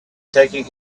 taking